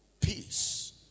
Peace